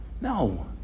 No